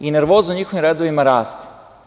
Nervoza u njihovim redovima raste.